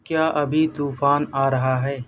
کیا ابھی طوفان آ رہا ہے